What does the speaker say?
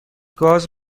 گاز